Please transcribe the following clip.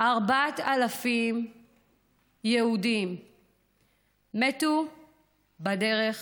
4,000 יהודים מתו בדרך